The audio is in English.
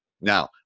Now